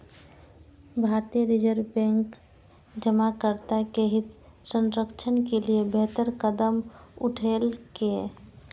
भारतीय reserve bank जमाकर्ता के हित संरक्षण के लिए बेहतर कदम उठेलकै